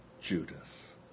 Judas